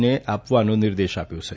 ને આપવાનો નિર્દેશ આપ્યો છે